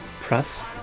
Press